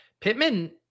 Pittman